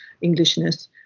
Englishness